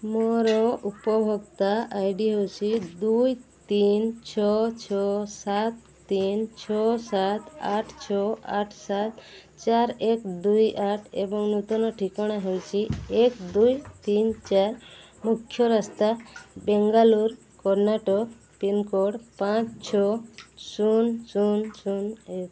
ମୋର ଉପଭୋକ୍ତା I D ହେଉଛି ଦୁଇ ତିନ ଛଅ ଛଅ ସାତ ତିନ ଛଅ ସାତ ଆଠ ଛଅ ଆଠ ସାତ ଚାରି ଏକ ଦୁଇ ଆଠ ଏବଂ ନୂତନ ଠିକଣା ହେଉଛି ଏକ ଦୁଇ ତିନ ଚାରି ମୁଖ୍ୟ ରାସ୍ତା ବେଙ୍ଗାଲୁର କର୍ଣ୍ଣାଟକ ପିନକୋଡ଼୍ ପାଞ୍ଚ ଛଅ ଶୂନ ଶୂନ ଶୂନ ଏକ